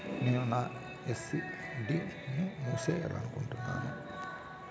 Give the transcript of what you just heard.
నేను నా ఎఫ్.డి ని మూసేయాలనుకుంటున్నాను